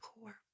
Poor